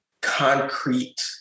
concrete